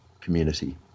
community